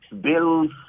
bills